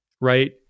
right